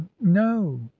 no